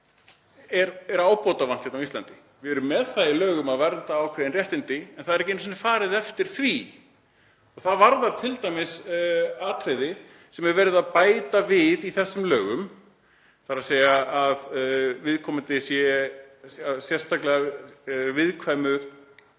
laga er ábótavant á Íslandi. Við erum með það í lögum að vernda ákveðin réttindi en það er ekki einu sinni farið eftir því. Það varðar t.d. atriði sem er verið að bæta við í þessum lögum, þ.e. að viðkomandi sé í sérstaklega viðkvæmri